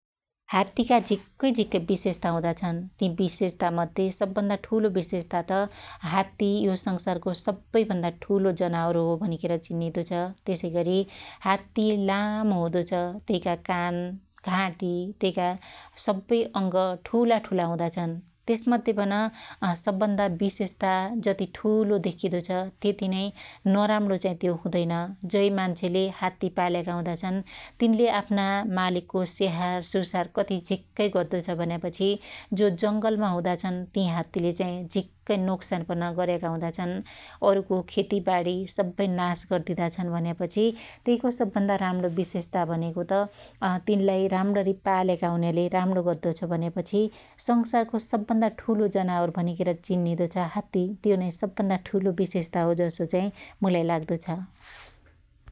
हात्तीका झीक्कै झीक्कै बिशेषता हुदा छन् । ति बिशेषाता मध्य सब भन्दा ठुलो बिशेषता त हात्ती यो संसारको सब्बै भन्दा ठुलो जनावर हो भनिखेर चिनिदो छ । त्यसैगरी हात्तती लामो हुदो छ, त्यइका कान घाटी त्यइका सब्बै अंग ठुलाठुला हुदाछन्, त्यस मध्यपन सबभन्दा बिशेषाता जती ठुलो देख्खीदो छ त्यति नै नराम्रो चाहि त्यो हुदैन । जै मान्छेले हात्ती पाल्याका हुदाछन तिनले आफ्ना मालिकको स्याहार सुसार कति झिक्कै गद्दो छ भन्यापछि जो जंगलमा हुदाछन ति हात्तीले चाही झीक्कै नोक्सान पन गर्याका हुदाछन् । अरुको खेतीबाणी सब्बै नास गर्दिदा छन भन्यापछि त्यइको सब भन्दा राणो बिशेषाता भनेको त तिनलाई राम्णी पाल्याका हुन्याले राम्णो गद्दो छ भन्यापछी संसारको सबभन्दा ठुलो जनावर भनिखेर चिनिदो छ हात्ती । त्यो नै सबैभन्दा ठुलो बिशेषाता हो जसो चाहि मुलाई लाग्दो छ ।